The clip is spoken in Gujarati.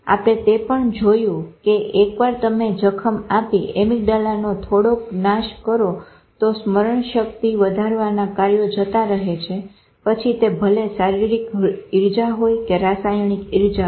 આપણે તે પણ જોયું કે એક વાર તમે જખમ આપી એમીગડાલાનો થોડોક નાશ કરો તો આ સ્મરણ શક્તિ વધારવાના કર્યો જતા રહે છે પછી તે ભલે શારીરિક ઈર્જા હોય કે રાસાયણિક ઈર્જા હોય